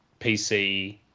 PC